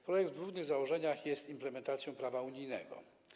Projekt w głównych założeniach jest implementacją prawa unijnego.